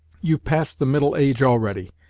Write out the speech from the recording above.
you've passed the middle age already,